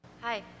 Hi